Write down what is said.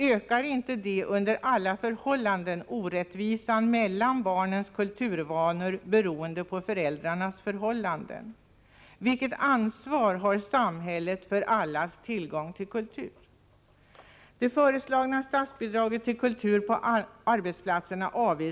Ökar inte det under alla omständigheter orättvisan vad gäller barnens kulturvanor beroende på föräldrarnas förhållanden? Vilket ansvar har samhället för allas tillgång till kultur? Moderaterna avvisar det föreslagna statsbidraget till kultur på arbetsplatserna.